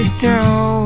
throw